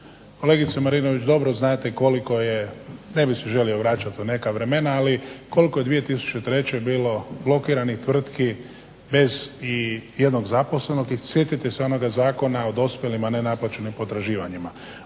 Kolegica Marinović dobro znate koliko je, ne bih se želio vraćati u neka vremena ali koliko je 2003. bilo blokiranih tvrtki bez i jednog zaposlenog. I sjetite se onoga zakona o dospjelim, a ne naplaćenim potraživanjima.